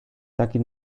dakit